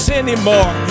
anymore